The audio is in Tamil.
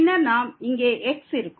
பின்னர் இங்கே x இருக்கும்